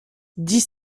dix